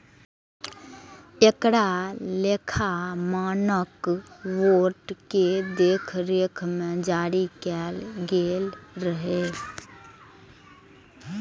एकरा लेखा मानक बोर्ड के देखरेख मे जारी कैल गेल रहै